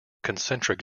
concentric